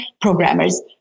programmers